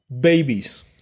babies